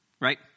right